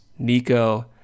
Nico